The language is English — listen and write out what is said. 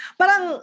parang